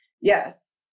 Yes